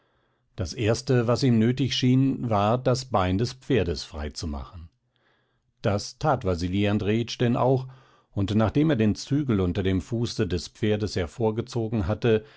das erste was ihm nötig schien war das bein des pferdes frei zu machen das tat wasili andrejitsch denn auch und nachdem er den zügel unter dem fuße des pferdes hervorgezogen hatte